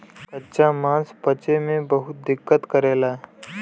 कच्चा मांस पचे में बहुत दिक्कत करेला